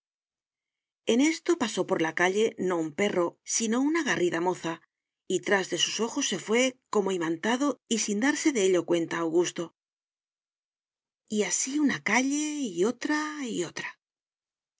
en esto pasó por la calle no un perro sino una garrida moza y tras de sus ojos se fué como imantado y sin darse de ello cuenta augusto y así una calle y otra y otra